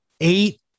eight